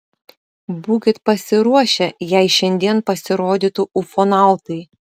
būkit pasiruošę jei šiandien pasirodytų ufonautai